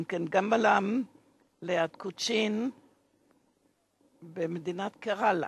של צ'אנמאנגאלם ליד קוצ'ין במדינת קראלה.